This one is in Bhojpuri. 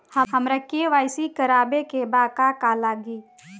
हमरा के.वाइ.सी करबाबे के बा का का लागि?